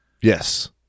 Yes